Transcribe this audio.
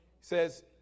says